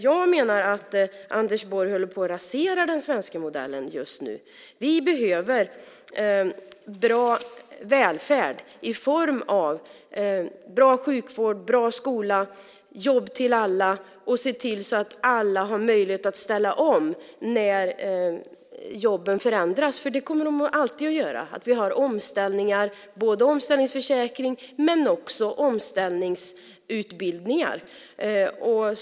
Jag menar att Anders Borg håller på och raserar den svenska modellen just nu. Vi behöver bra välfärd i form av bra sjukvård, bra skola och jobb till alla. Vi behöver se till att alla har möjlighet att ställa om när jobben förändras, för det kommer de alltid att göra, att vi har omställningsförsäkring men också omställningsutbildningar.